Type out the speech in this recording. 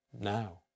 now